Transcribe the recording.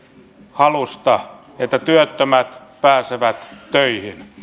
halusta että työttömät pääsevät töihin